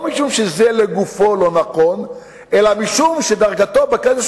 לא משום שזה לגופו לא נכון אלא משום שדרגתו בקודש